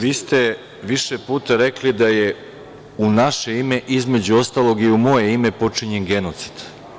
Vi ste više puta rekli da je u naše ime, između ostalog i u moje ime, počinjen genocid.